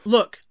Look